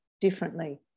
differently